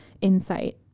insight